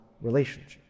relationship